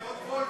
ועוד "וולבו".